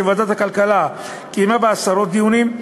שוועדת הכלכלה קיימה בה עשרות דיונים,